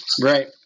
Right